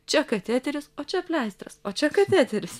čia kateteris o čia pleistras o čia kateteris